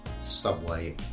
subway